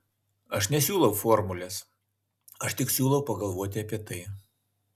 aš nesiūlau formulės aš tik siūlau pagalvoti apie tai